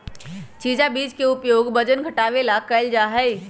chia बीज के उपयोग वजन घटावे ला कइल जाहई